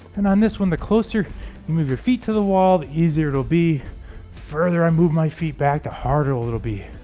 and on this one the closer you move your feet to the wall easier it'll be further i move my feet back the harder it'll it'll be